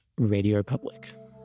radiopublic